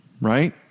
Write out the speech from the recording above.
right